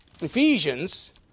Ephesians